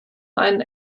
ein